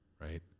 Right